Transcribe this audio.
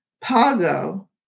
Pago